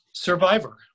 Survivor